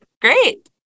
great